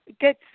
get